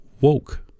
woke